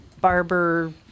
Barber